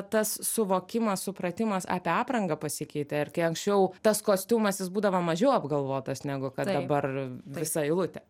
tas suvokimas supratimas apie aprangą pasikeitė ir kai anksčiau tas kostiumas jis būdavo mažiau apgalvotas negu kad dabar visa eilutė